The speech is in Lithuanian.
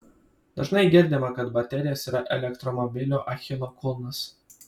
dažnai girdima kad baterijos yra elektromobilių achilo kulnas